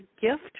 gift